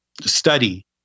study